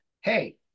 hey